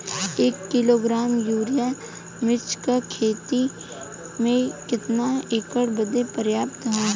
एक kilogram urea मिर्च क खेती में कितना एकड़ बदे पर्याप्त ह?